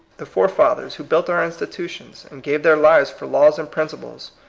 the forefathers who built our institutions, and gave their lives for laws and principles,